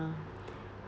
ah